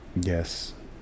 Yes